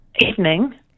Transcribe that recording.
Evening